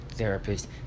Therapist